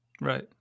Right